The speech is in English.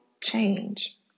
change